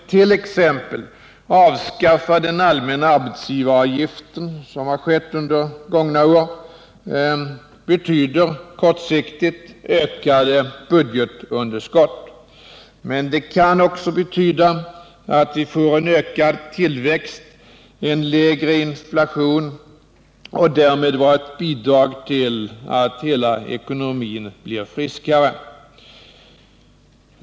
avskaffa den allmänna arbetsgivaravgiften, som har skett under gångna år, betyder kortsiktigt ökade budgetunderskott, men det kan också betyda att vi får en ökad tillväxt med en lägre inflation, och det kan därmed vara ett bidrag till att hela ekonomin blir friskare.